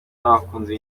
n’abakunzi